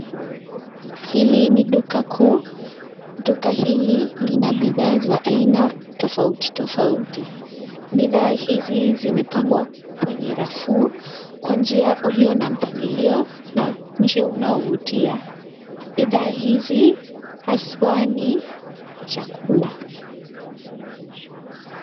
Hili ni duka kuu. Duka hili lina bidhaa za aina tofauti tofauti. Bidhaa hizi zimepangwa kwenye rafu kwa njia uliyo na mpangilio na njia unaovutia. Bidhaa hizi haswa ni chakula.